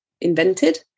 invented